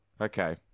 Okay